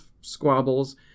squabbles